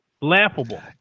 laughable